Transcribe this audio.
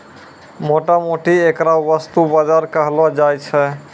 मोटा मोटी ऐकरा वस्तु बाजार कहलो जाय छै